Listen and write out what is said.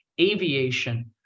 aviation